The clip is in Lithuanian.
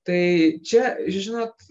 tai čia žinot